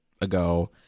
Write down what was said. ago